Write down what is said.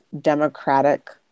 democratic